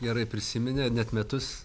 gerai prisiminė net metus